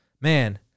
man